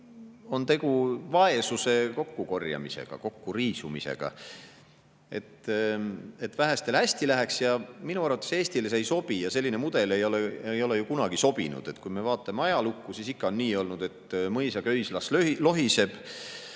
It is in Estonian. on tegu vaesuse kokkukorjamisega, kokkuriisumisega, et vähestel hästi läheks. Minu arvates Eestile see ei sobi ja selline mudel ei ole kunagi ka sobinud. Kui me vaatame ajalukku, siis ikka on olnud nii, et mõisa köis las lohiseb,